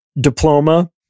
diploma